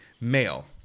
male